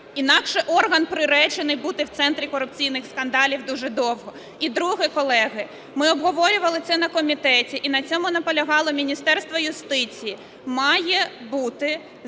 Інакше орган приречений бути в центрі корупційних скандалів дуже довго. І друге. Колеги, ми обговорювали це на комітеті і на цьому наполягало Міністерство юстиції: має бути